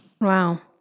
Wow